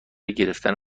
گرفتن